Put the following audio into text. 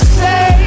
say